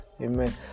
Amen